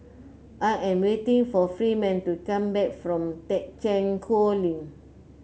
I am waiting for Freeman to come back from Thekchen Choling